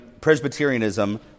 Presbyterianism